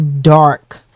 dark